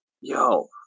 yo